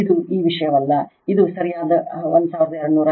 ಇದು ಈ ವಿಷಯವಲ್ಲ ಇದು ಸರಿಯಾದ 1273